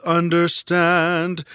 understand